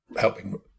helping